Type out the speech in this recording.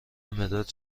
مداد